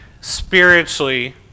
spiritually